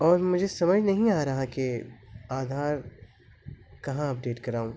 اور مجھے سمجھ نہیں آ رہا کہ آدھار کہاں اپڈیٹ کراؤں